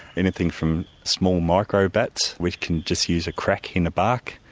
anything from small micro bats which can just use a crack in the bark,